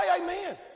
amen